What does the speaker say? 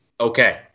okay